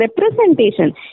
representation